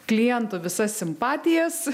klientų visas simpatijas